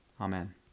Amen